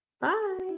Bye